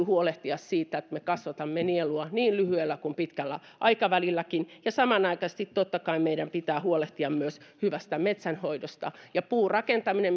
huolehtia siitä että me kasvatamme nielua niin lyhyellä kuin pitkällä aikavälillä samanaikaisesti totta kai meidän pitää huolehtia myös hyvästä metsänhoidosta ja puurakentaminen